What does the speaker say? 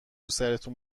سرتون